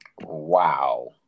Wow